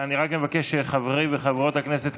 אני רק מבקש שחברי וחברות הכנסת,